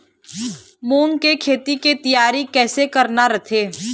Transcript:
मूंग के खेती के तियारी कइसे करना रथे?